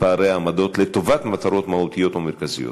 ופערי העמדות לטובת מטרות מהותיות ומרכזיות